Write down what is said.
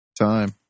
time